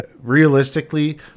Realistically